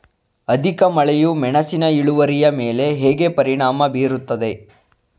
ಅಧಿಕ ಮಳೆಯು ಮೆಣಸಿನ ಇಳುವರಿಯ ಮೇಲೆ ಹೇಗೆ ಪರಿಣಾಮ ಬೀರುತ್ತದೆ?